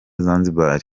zanzibar